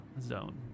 zone